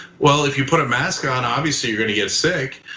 well, if you put a mask on, obviously you're gonna get sick.